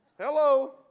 Hello